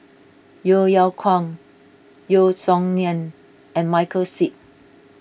Yeo Yeow Kwang Yeo Song Nian and Michael Seet